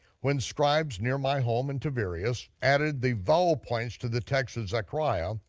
when scribes near my home in tiberius added the vowel points to the texts of zechariah,